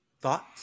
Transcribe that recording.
thoughts